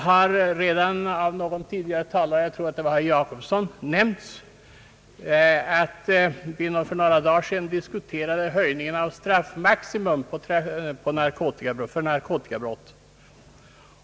Någon tidigare talare — jag tror det var herr Per Jacobsson — har redan nämnt att vi för några dagar sedan diskuterade höjning av straffmaximum för narkotikabrott.